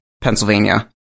Pennsylvania